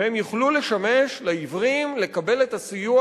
והם יוכלו לשמש לעיוורים לקבל את הסיוע